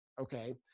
Okay